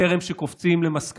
טרם שקופצים למסקנות,